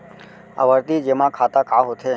आवर्ती जेमा खाता का होथे?